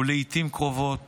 ולעיתים קרובות